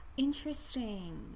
interesting